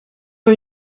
new